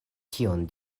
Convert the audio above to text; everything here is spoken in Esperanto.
tion